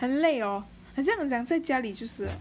很累 hor 很像很想在家里就是